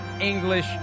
English